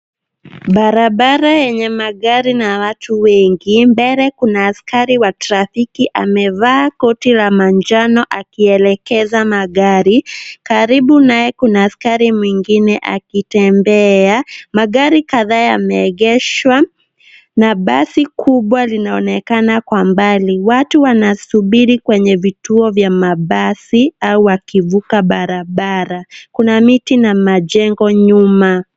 Barabara yenye magari na watu wengi. Mbele kuna askari wa trafiki amevaa koti la manjano akielekeza magari. Karibu naye kuna askari mwingine akitembea. Magari kadhaa yameegeshwa na basi kubwa linaonekana kwa mbali. Watu wanasubiri kwenye vituo vya mabasi au wakivuka barabara. Kuna miti na majengo nyuma